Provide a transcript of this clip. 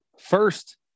First